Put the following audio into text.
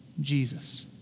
Jesus